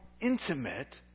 intimate